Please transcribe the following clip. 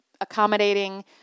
accommodating